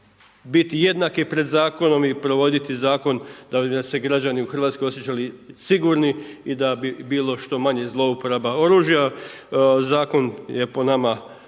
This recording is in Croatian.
biti jednaki pred zakonom i provoditi zakon da bi nam se građani u Hrvatskoj osjećali sigurni i da bi bilo što manje zlouporaba oružja. Zakon je po nama